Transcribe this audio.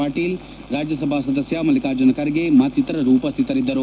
ಪಾಟೀಲ್ ರಾಜ್ಯಸಭಾ ಸದಸ್ಯ ಮಲ್ಲಿಕಾರ್ಜುನ ಖರ್ಗೆ ಮತ್ತಿತರರು ಉಪಸ್ಯಿತರಿದ್ದರು